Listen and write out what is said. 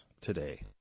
today